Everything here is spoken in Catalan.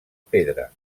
pedra